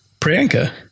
Priyanka